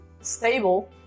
stable